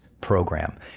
Program